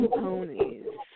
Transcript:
ponies